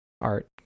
art